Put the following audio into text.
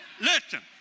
listen